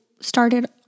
started